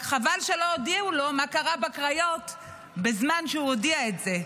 רק חבל שלא הודיעו לו מה קרה בקריות בזמן שהוא הודיע את זה.